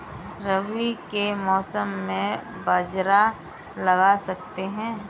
रवि के मौसम में बाजरा लगा सकते हैं?